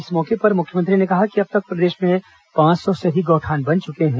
इस मौके पर मुख्यमंत्री ने कहा कि अब तक प्रदेश में पांच सौ से अधिक गौठान बन चुके हैं